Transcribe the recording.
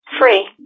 free